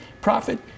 profit